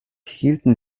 hielten